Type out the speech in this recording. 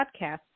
Podcasts